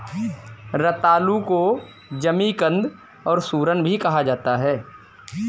रतालू को जमीकंद और सूरन भी कहा जाता है